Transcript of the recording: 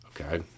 Okay